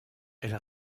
elle